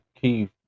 key